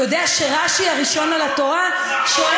אתה יודע שרש"י, בפסוק הראשון על התורה, שואל,